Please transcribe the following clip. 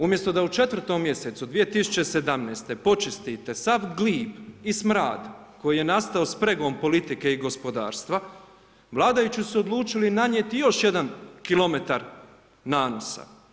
Umjesto da u 4 mjesecu 2017. počistite sav glib i smrad koji je nastao spregom politike i gospodarstva vladajući su se odlučili nanijeti još jedan kilometar nanosa.